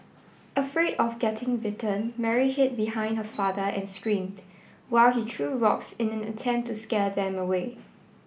afraid of getting bitten Mary hid behind her father and screamed while he threw rocks in an attempt to scare them away